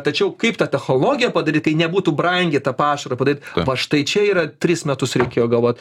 tačiau kaip tą technologiją padaryt tai nebūtų brangiai tą pašarą padaryt va štai čia yra tris metus reikėjo galvot